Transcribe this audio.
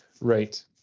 Right